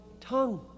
tongue